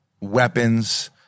weapons